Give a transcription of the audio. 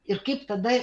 ir kaip tada